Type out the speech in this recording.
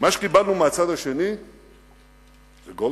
מה שקיבלנו מהצד השני זה גולדסטון,